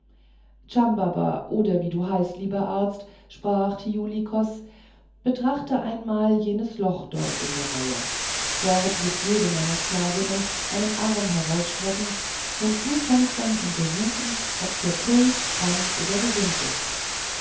chambaba oder wie du heißt lieber arzt sprach thiuli kos betrachte einmal jenes loch dort in der mauer dort wird jede meiner sklavinnen einen arm herausstrecken und du kannst dann untersuchen ob der puls krank oder gesund ist